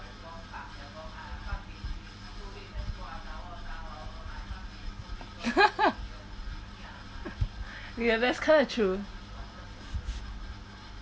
ya that's kinda true